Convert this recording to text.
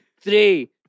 Three